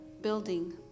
building